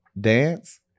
dance